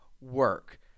work